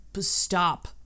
stop